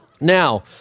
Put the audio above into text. Now